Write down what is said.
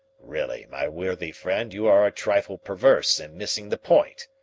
really, my worthy friend, you are a trifle perverse in missing the point.